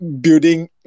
building